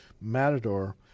Matador